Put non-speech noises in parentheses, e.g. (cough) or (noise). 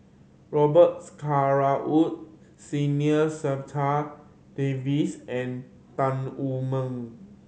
Robet Carr (unintelligible) Woods Senior (unintelligible) Davies and Tan Wu Meng